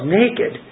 naked